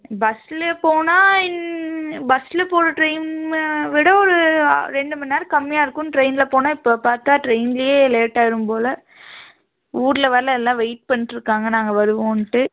பஸ்ஸில் போனா ம் பஸ்ஸில் போகற டைமை விட ஒரு ரெண்டு மண்நேரம் கம்மியாக இருக்கும்னு ட்ரெயினில் போனா இப்போ பார்த்தா ட்ரெயின்லையே லேட் ஆயிரும் போல் ஊரில் வேறு எல்லாம் வெயிட் பண்ணிட்ருக்காங்க நாங்கள் வருவோன்ட்டு